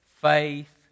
faith